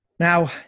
Now